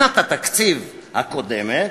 שנת התקציב הקודמת,